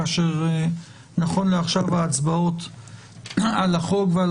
כאשר נכון לעכשיו ההצבעות על הצעת החוק ועל